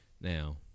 Now